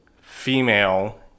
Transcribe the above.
female